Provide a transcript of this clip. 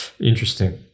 interesting